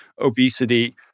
obesity